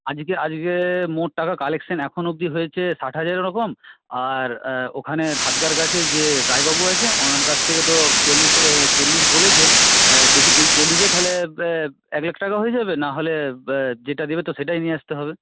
আজকে আজকে মোট টাকা কালেকশন এখনও অব্দি হয়েছে ষাট হাজার এরকম আর ওখানে ঘাটদার কাছে যে রায়বাবু আছে ওঁর কাছ থেকে তো চল্লিশ হাজার চল্লিশ বলেছে দেখি যদি চল্লিশ তাহলে এক লাখ টাকা হয়ে যাবে নাহলে যেটা দেবে তো সেটাই নিয়ে আসতে হবে